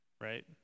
right